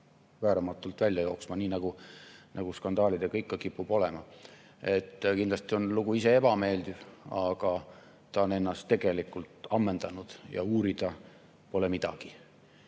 vääramatult välja jooksma, nii nagu skandaalidega ikka kipub olema. Kindlasti on lugu ise ebameeldiv, aga see on ennast tegelikult ammendanud ja uurida pole midagi.